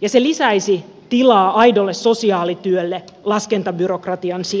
ja se lisäisi tilaa aidolle sosiaalityölle laskentabyrokratian sijasta